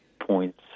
points